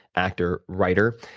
actor, writer.